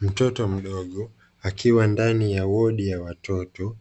Mtoto mdogo akiwa ndani ya wodi ya watoto,